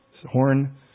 horn